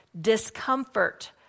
discomfort